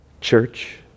church